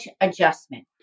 adjustment